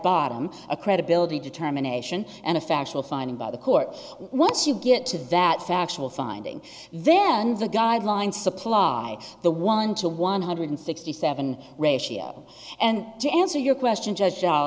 bottom a credibility determination and a factual finding by the court once you get to that factual finding then the guidelines supply the one to one hundred sixty seven ratio and to answer your question